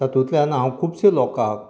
तातूंतल्यान हांव खुबश्या लोकांक